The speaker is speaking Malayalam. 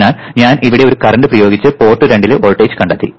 അതിനാൽ ഞാൻ ഇവിടെ ഒരു കറന്റ് പ്രയോഗിച്ച് പോർട്ട് 2 ലെ വോൾട്ടേജ് കണ്ടെത്തി